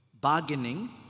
Bargaining